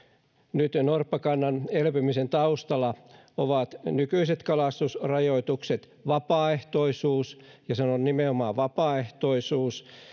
nyt jo norppakannan elpymisen taustalla ovat nykyiset kalastusrajoitukset vapaaehtoisuus ja sanon nimenomaan vapaaehtoisuus